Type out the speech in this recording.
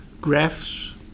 graphs